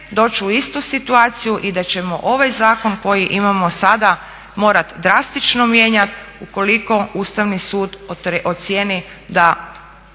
doći u istu situaciju i da ćemo ovaj zakon koji imamo sada morati drastično mijenjati ukoliko Ustavni sud ocijeni da